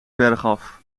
bergaf